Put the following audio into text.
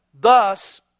Thus